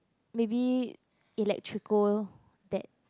maybe Electrico that